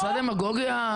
כי את עושה דמגוגיה בגרוש.